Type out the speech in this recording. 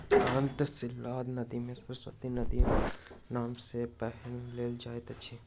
अंतः सलिला नदी मे सरस्वती नदीक नाम सब सॅ पहिने लेल जाइत अछि